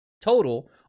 total